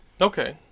Okay